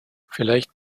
vielleicht